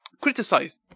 criticized